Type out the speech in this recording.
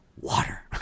water